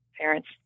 parents